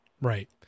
Right